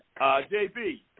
JB